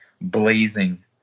blazing